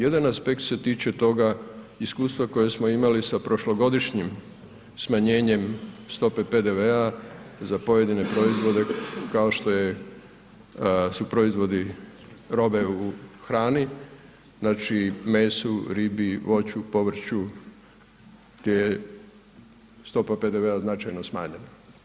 Jedan aspekt se tiče toga iskustva koja smo imali sa prošlogodišnjim smanjenjem stope PDV-a za pojedine proizvode kao što su proizvodi hrane znači mesu, ribi, voću, povrću gdje je stopa PDV-a značajno smanjena.